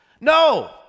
No